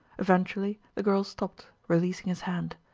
eventually the girl stopped, releasing his hand.